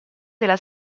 della